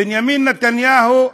בנימין נתניהו,